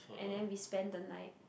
and then we spend the night